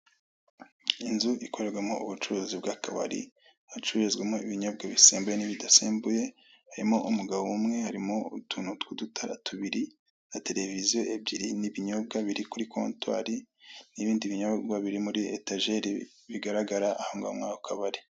Iyi nzu ikorerwamo ubucuruzi bw'akabari, hacururizwamo ibinyobwa bisembuye n'ibidasembuye, harimo umugabo umwe, harimo utuntu tw'udutara tubiri, na tereveziyo ebyiri n'ibinyobwa biri kuri kontwari, n'ibindi binyobwa biri muri etajeri bigaragara ahongaho muri ako kabari.